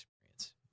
Experience